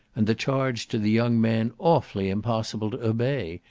and the charge to the young man awfully impossible to obey,